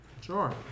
Sure